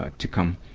ah to come,